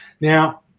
Now